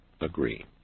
agree